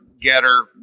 Getter